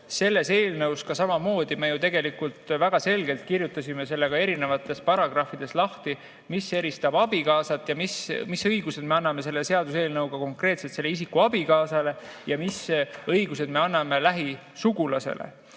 selles eelnõus samamoodi me ju tegelikult väga selgelt kirjutasime selle ka erinevates paragrahvides lahti, mis eristab abikaasat ja mis õigused me anname selle seaduseelnõuga konkreetselt selle isiku abikaasale ja mis õigused me anname lähisugulasele.